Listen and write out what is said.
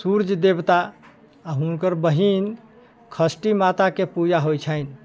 सूर्य देवता आओर हुनकर बहीन षष्ठी माताके पूजा होइ छनि